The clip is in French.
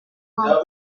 courant